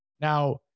Now